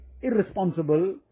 irresponsible